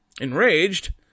Enraged